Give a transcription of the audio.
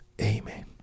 amen